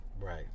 Right